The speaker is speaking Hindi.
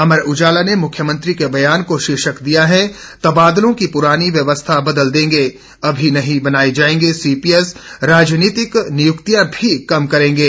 अमर उजाला ने मुख्यमंत्री के बयान को शीर्षक दिया है तबादलों की पुरानी व्यवस्था बदल देंगे अभी नहीं बनाए जाएंगे सीपीएस राजनीतिक नियुक्तियां भी कम करेंगे